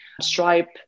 Stripe